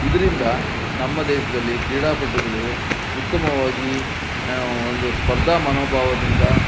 ಇದರಿಂದ ನಮ್ಮ ದೇಶದಲ್ಲಿ ಕ್ರೀಡಾಪಟುಗಳು ಉತ್ತಮವಾಗಿ ಒಂದು ಸ್ಪರ್ಧಾ ಮನೋಭಾವದಿಂದ